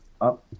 up